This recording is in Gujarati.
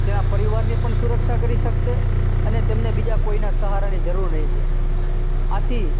તેના પરિવારને પણ સુરક્ષા કરી શકશે અને તેમને બીજા કોઈના સહારા ની જરૂર નહીં રહે આથી